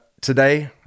today